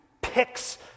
picks